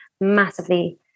massively